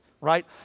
right